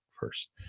first